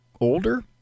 older